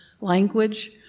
language